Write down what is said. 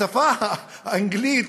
בשפה האנגלית,